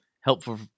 helpful